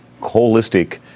holistic